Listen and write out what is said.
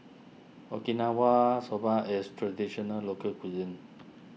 Okinawa Soba is Traditional Local Cuisine